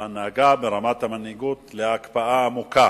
ההנהגה והמנהיגות, אנחנו נכנסים להקפאה עמוקה.